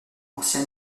ancien